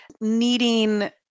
needing